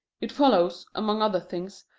it follows, among other things,